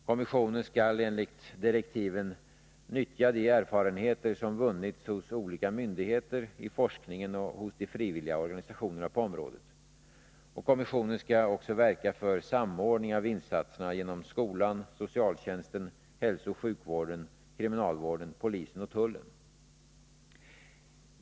Kommissionen skall enligt direktiven nyttja de erfarenheter som vunnits hos olika myndigheter, inom forskningen och de frivilliga organisationerna på området. Kommissionen skall också verka för samordning av insatserna genom skolan, socialtjänsten, hälsooch sjukvården, kriminalvården, polisen och tullen.